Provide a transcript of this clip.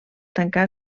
tancà